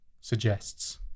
suggests